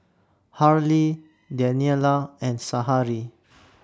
Harley Daniella and Sahari